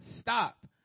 stop